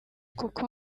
kuko